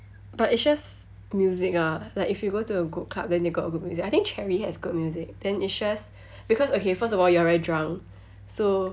but it's just music ah like if you go to a good club then they got good music I think cherry has good music then it's just because okay first of all you're very drunk so